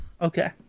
Okay